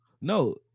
No